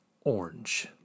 orange